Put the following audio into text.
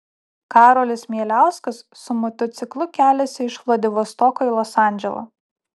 karolis mieliauskas su motociklu keliasi iš vladivostoko į los andželą